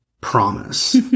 promise